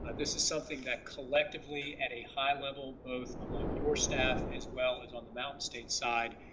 this is something that collectively at a high level both among your staff as well as on the mountain states side.